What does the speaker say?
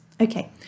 Okay